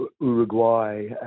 Uruguay